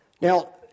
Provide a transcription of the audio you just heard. Now